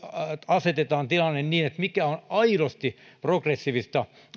asetetaan tilanne niin että mikä on aidosti progressiivista